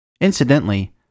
Incidentally